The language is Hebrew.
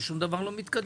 ושום דבר לא מתקדם.